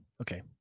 Okay